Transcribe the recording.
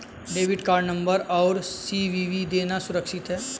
Debit card number और CVV देना सुरक्षित है?